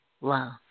love